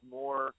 more